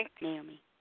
Naomi